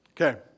Okay